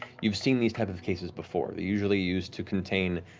you've seen these type of cases before. they're usually used to contain